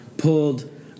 pulled